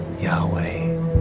Yahweh